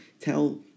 tell